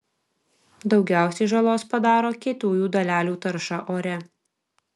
daugiausiai žalos padaro kietųjų dalelių tarša ore